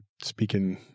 speaking